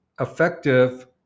effective